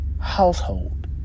household